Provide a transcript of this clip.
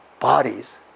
bodies